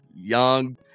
young